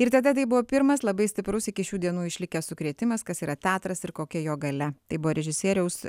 ir tada tai buvo pirmas labai stiprus iki šių dienų išlikęs sukrėtimas kas yra teatras ir kokia jo galia tai buvo režisieriaus